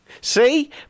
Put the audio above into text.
See